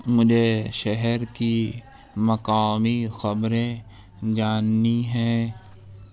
مجھے شہر کی مقامی خبریں جاننی ہیں